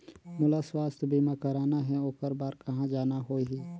मोला स्वास्थ बीमा कराना हे ओकर बार कहा जाना होही?